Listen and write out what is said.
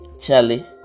Charlie